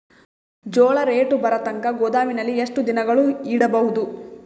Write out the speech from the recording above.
ಜೋಳ ರೇಟು ಬರತಂಕ ಗೋದಾಮಿನಲ್ಲಿ ಎಷ್ಟು ದಿನಗಳು ಯಿಡಬಹುದು?